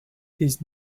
his